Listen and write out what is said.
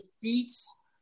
defeats